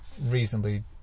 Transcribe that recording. reasonably